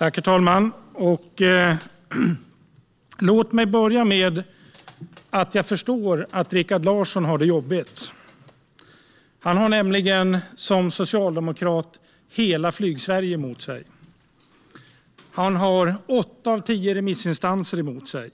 Herr talman! Jag förstår att Rikard Larsson har det jobbigt. Han har nämligen som socialdemokrat hela Flygsverige emot sig. Han har åtta av tio remissinstanser emot sig.